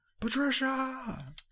Patricia